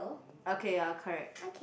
okay ya correct